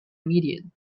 median